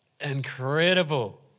Incredible